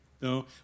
No